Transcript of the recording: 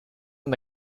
und